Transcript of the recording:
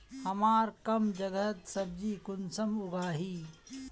हमार कम जगहत सब्जी कुंसम उगाही?